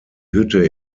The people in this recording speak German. hütte